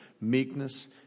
meekness